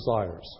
desires